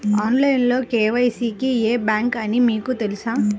Online KYC కి ఏ bank అని మీకు తెలుసా?